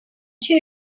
two